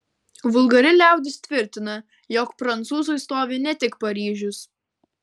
vulgari liaudis tvirtina jog prancūzui stovi ne tik paryžius